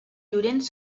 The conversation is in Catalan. llorenç